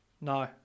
No